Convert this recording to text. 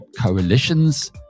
coalitions